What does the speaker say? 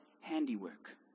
handiwork